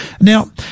Now